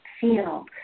feel